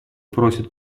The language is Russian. просит